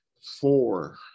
four